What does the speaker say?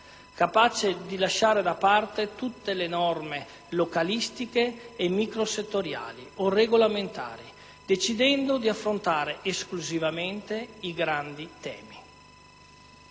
capace di lasciare da parte tutte le norme localistiche e microsettoriali o regolamentari, decidendo di affrontare esclusivamente i grandi temi.